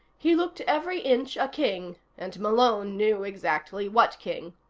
he looked every inch a king, and malone knew exactly what king.